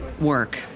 Work